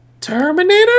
Terminator